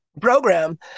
program